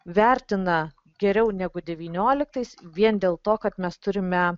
vertina geriau negu devynioliktais vien dėl to kad mes turime